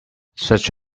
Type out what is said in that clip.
such